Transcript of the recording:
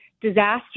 disaster